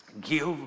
give